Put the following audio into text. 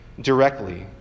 directly